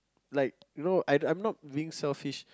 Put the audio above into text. like you know I I'm not being selfish